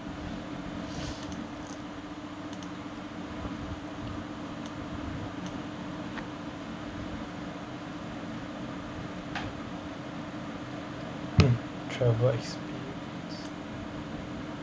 mm travel experience